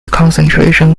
concentration